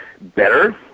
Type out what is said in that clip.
better